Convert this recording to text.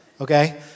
okay